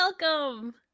welcome